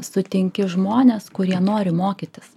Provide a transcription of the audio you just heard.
sutinki žmones kurie nori mokytis